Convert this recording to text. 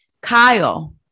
Kyle